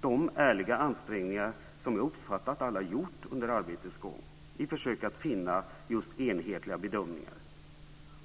de ärliga ansträngningar som jag uppfattat att alla gjort under arbetets gång i försök att finna just enhetliga bedömningar.